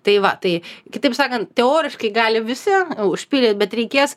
tai va tai kitaip sakant teoriškai gali visi užpildyt bet reikės